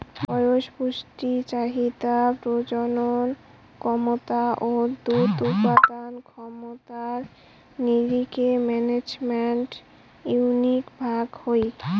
বয়স, পুষ্টি চাহিদা, প্রজনন ক্যমতা ও দুধ উৎপাদন ক্ষমতার নিরীখে ম্যানেজমেন্ট ইউনিট ভাগ হই